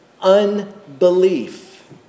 unbelief